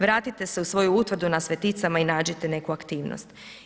Vratite se u svoju utvrdu na Sveticama i nađite neku aktivnost.